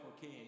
King